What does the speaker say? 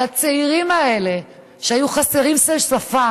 על הצעירים האלה שהיו חסרי שפה